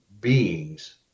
beings